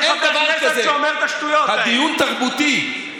הדיון תרבותי.